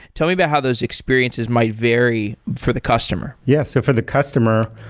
tell me about how those experiences might vary for the customer yeah. so for the customer,